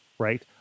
Right